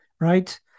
right